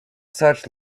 such